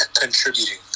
contributing